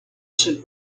should